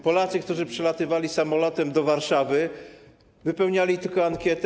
Polacy, którzy przylatywali samolotem do Warszawy, wypełniali tylko ankietę.